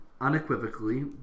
unequivocally